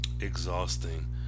exhausting